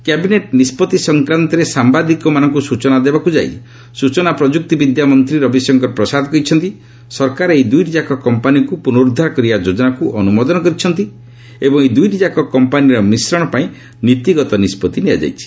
cabinet ନିଷ୍ପଭି ସଂକ୍ରାନ୍ତରେ ସାମ୍ବାଦିକମାନଙ୍କୁ ସୂଚନା ଦେବାକୁ ଯାଇ ସୂଚନା ପ୍ରଯୁକ୍ତି ବିଦ୍ୟା ମନ୍ତ୍ରୀ ରବିଶଙ୍କର ପ୍ରସାଦ କହିଛନ୍ତି ସରକାର ଏହି ଦୁଇଟିଯାକ କମ୍ପାନୀକୁ ପୁନରୁଦ୍ଧାର କରିବା ଯୋଜନାକୁ ଅନୁମୋଦନ କରିଛନ୍ତି ଏବଂ ଦୂଇଟିଯାକ କମ୍ପାନୀର ମିଶ୍ରଣ ପାଇଁ ନୀତିଗତ ନିଷ୍କଭି ନିଆଯାଇଛି